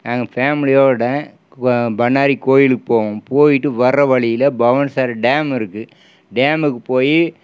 நாங்கள் ஃபேமிலியோட பண்ணாரி கோவிலுக்கு போவோம் போய்ட்டு வர வழியில் பவானி சாகர் டேம் இருக்கு டேமுக்கு போய்